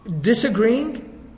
disagreeing